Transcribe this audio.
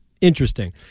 interesting